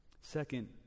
Second